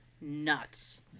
nuts